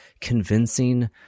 convincing